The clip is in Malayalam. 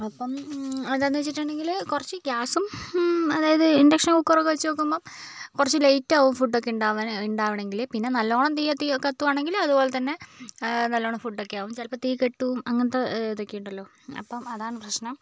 അപ്പം എന്താണെന്ന് വെച്ചിട്ടുണ്ടെങ്കിൽ കുറച്ച് ഗൃാസും അതായത് ഇന്ഡക്ഷന് കുക്കര് ഒക്കെ വെച്ച് നോക്കുമ്പം കുറച്ച് ലേറ്റ് ആവും ഫുഡ് ഒക്കെ ഉണ്ടാവാൻ ഉണ്ടാവണമെങ്കിൽ പിന്നെ നല്ലവണ്ണം തീ കത്തി കത്തുവാണെങ്കില് അതുപോലെ തന്നെ നല്ലവണ്ണം ഫുഡ് ഒക്കെ ആവും ചിലപ്പോള് തീ കെട്ടുപോവും അങ്ങനത്തെ ഇതൊക്കെ ഉണ്ടല്ലോ അപ്പം അതാണ് പ്രശ്നം